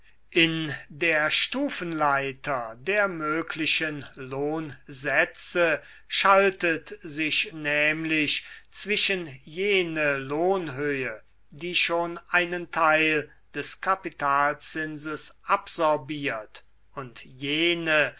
in der stufenleite der möglichen lohnsätze schaltet sich nämlich zwischen jen lohnhöhe die schon einen teil des kapitalzinses absorbiert un jene